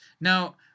Now